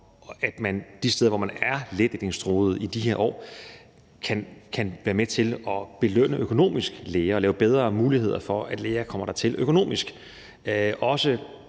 at man de steder, hvor man er nedlægningstruede i de her år, kan være med til at belønne læger økonomisk og lave bedre økonomiske muligheder for, at læger kommer dertil,